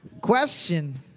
question